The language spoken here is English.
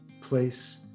place